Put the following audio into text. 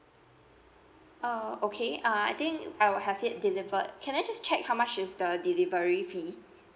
oh okay uh I think I will have it delivered can I just check how much is the delivery fee